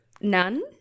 none